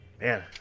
man